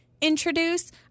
introduce